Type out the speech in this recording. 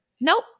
Nope